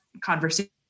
conversation